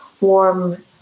warm